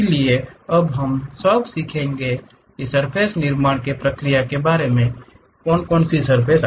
इसलिए अब हम सब सीखेंगे कि हम इन सर्फ़ेस निर्माण प्रक्रिया के बारे में कुछ विचार करेंगे